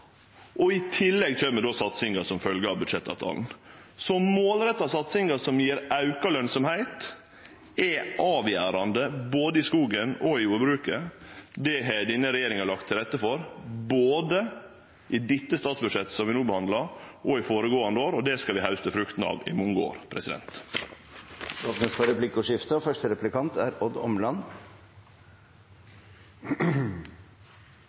pst. I tillegg kjem satsinga som følgje av budsjettavtalen. Så målretta satsingar som gjev auka lønsemd, er avgjerande både i skogen og i jordbruket. Det har denne regjeringa lagt til rette for, både i det statsbudsjettet som vi no behandlar, og i føregåande år, og det skal vi hauste fruktene av i mange år. Det blir replikkordskifte. Som jeg var inne på i mitt innlegg, sverger jo denne regjeringen til skattekutt, men en næring som er